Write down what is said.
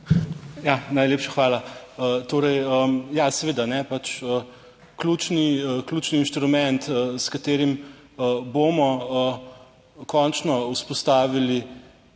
Ja, najlepša hvala. Torej ja seveda pač ključni, ključni inštrument, s katerim bomo končno vzpostavili